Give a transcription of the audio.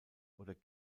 oder